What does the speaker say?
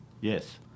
Yes